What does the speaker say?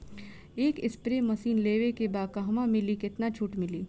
एक spray machine लेवे के बा कहवा मिली केतना छूट मिली?